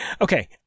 okay